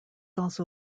also